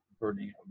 burning